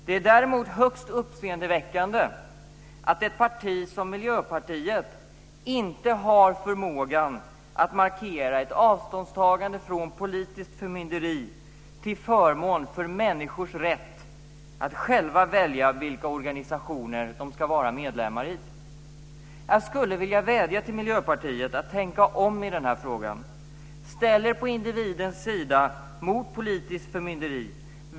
Det är däremot högst uppseendeväckande att ett parti som Miljöpartiet inte har förmågan att markera ett avståndstagande från politiskt förmynderi till förmån för människors rätt att själva välja vilka organisationer de ska vara medlemmar i. Jag vill vädja till Miljöpartiet att tänka om i den här frågan. Ställ er på individens sida mot politiskt förmynderi!